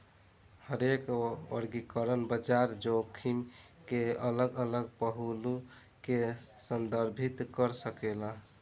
हरेक वर्गीकरण बाजार जोखिम के अलग अलग पहलू के संदर्भित कर सकेला